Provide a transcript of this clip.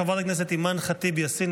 חברת הכנסת אימאן ח'טיב יאסין,